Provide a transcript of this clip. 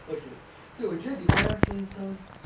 okay 对我觉得李光耀先生